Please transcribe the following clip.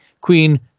Queen